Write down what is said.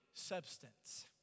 substance